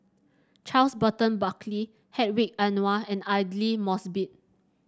Charles Burton Buckley Hedwig Anuar and Aidli Mosbit